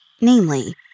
namely